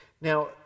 Now